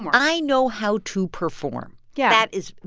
and i know how to perform. yeah that is,